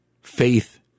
Faith